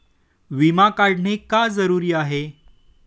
विमा काढणे का जरुरी आहे?